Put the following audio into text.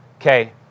Okay